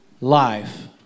life